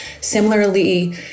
Similarly